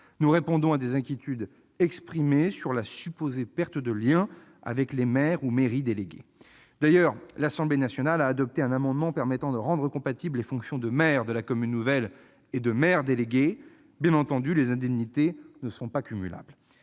Nous répondons à des inquiétudes exprimées sur la supposée perte de lien avec les maires délégués. De plus, l'Assemblée nationale a adopté un amendement permettant de rendre compatibles les fonctions de maire de la commune nouvelle et de maire délégué. Bien entendu, les indemnités ne sont pas cumulables.